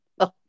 Okay